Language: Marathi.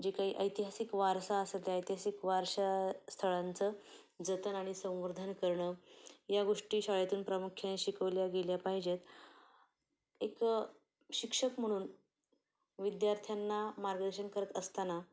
जे काही ऐतिहासिक वारसा असेल त्या ऐतिहासिक वारसास्थळांचं जतन आणि संवर्धन करणं या गोष्टी शाळेतून प्रामुख्याने शिकवल्या गेल्या पाहिजेत एक शिक्षक म्हणून विद्यार्थ्यांना मार्गदर्शन करत असताना